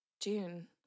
June